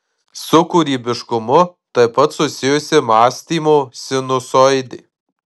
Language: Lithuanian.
su kūrybiškumu taip pat susijusi mąstymo sinusoidė